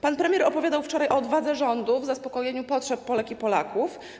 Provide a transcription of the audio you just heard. Pan premier opowiadał wczoraj o odwadze rządu w zaspokajaniu potrzeb Polek i Polaków.